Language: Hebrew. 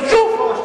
נשוב.